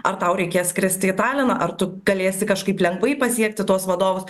ar tau reikės skristi į taliną ar tu galėsi kažkaip lengvai pasiekti tuos vadovus